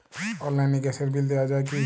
অনলাইনে গ্যাসের বিল দেওয়া যায় কি?